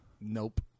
Nope